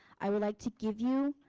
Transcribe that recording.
i would like to give you.